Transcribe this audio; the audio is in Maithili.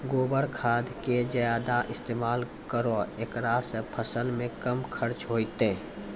गोबर खाद के ज्यादा इस्तेमाल करौ ऐकरा से फसल मे कम खर्च होईतै?